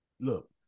Look